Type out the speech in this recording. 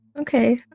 Okay